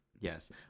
Yes